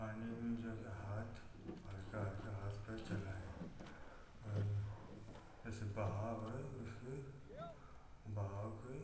पानी में जो कि हाथ हल्का हल्का हाथ पैर चलाएँ और ये जैसे बहाव है उसके बहाव के